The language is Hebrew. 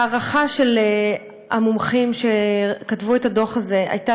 ההערכה של המומחים שכתבו את הדוח הזה הייתה